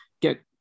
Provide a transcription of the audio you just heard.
get